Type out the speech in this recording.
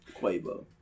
Quavo